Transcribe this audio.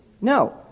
No